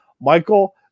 Michael